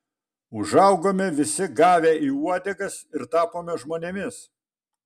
užaugome visi gavę į uodegas ir tapome žmonėmis